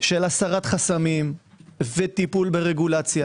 של הסרת חסמים וטיפול ברגולציה.